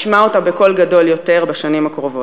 ישמע אותה בקול גדול יותר בשנים הקרובות.